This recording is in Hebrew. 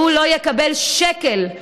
שהוא לא יקבל שקל,